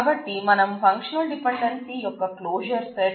కాబట్టి మనం functional dependency యొక్క క్లోజర్ సెట్